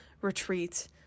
retreat